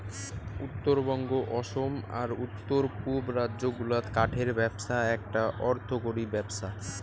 উত্তরবঙ্গ, অসম আর উত্তর পুব রাজ্য গুলাত কাঠের ব্যপছা এ্যাকটা অর্থকরী ব্যপছা